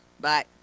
Bye